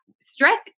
stress